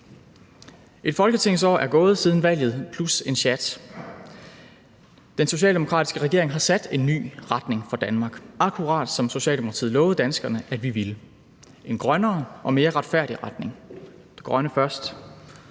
Et folketingsår plus en sjat er gået siden valget. Den socialdemokratiske regering har sat en ny retning for Danmark, akkurat som Socialdemokratiet lovede danskerne at vi ville, og det er en grønnere og mere retfærdig retning. Lad os tage det grønne først.